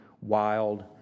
wild